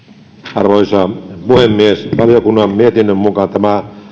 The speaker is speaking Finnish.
arvoisa puhemies valiokunnan mietinnön mukaan tämä